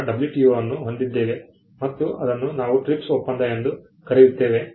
ನಂತರ ನಾವು WTO ಅನ್ನು ಹೊಂದಿದ್ದೇವೆ ಮತ್ತು ಅದನ್ನು ನಾವು TRIPS ಒಪ್ಪಂದ ಎಂದು ಕರೆಯುತ್ತೇವೆ